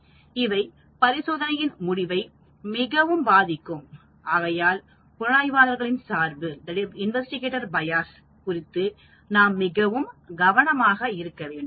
இவை பரிசோதனையின் முடிவை மிகவும் பாதிக்கும் ஆகையால் புலனாய்வாளர்களின் சார்பு குறித்து நாம் மிகவும் கவனமாக இருக்க வேண்டும்